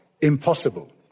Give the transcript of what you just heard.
impossible